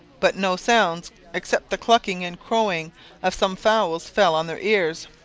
but no sounds except the clucking and crowing of some fowls fell on their ears.